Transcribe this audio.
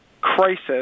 crisis